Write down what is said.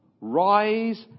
Rise